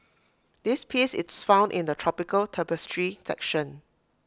this piece is found in the tropical tapestry section